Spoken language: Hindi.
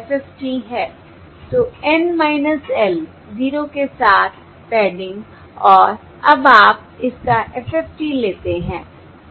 तो N -l 0 के साथ पैडिंग और अब आप इस का FFT लेते हैं